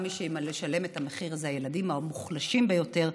מי שישלם את המחיר זה הילדים המוחלשים ביותר,